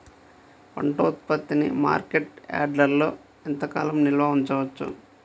పంట ఉత్పత్తిని మార్కెట్ యార్డ్లలో ఎంతకాలం నిల్వ ఉంచవచ్చు?